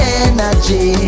energy